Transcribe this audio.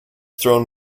thrown